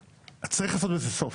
צריך לעשות לזה סוף,